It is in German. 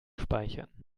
speichern